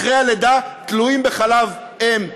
אחרי הלידה, תלויים בתחליף חלב אם.